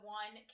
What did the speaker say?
one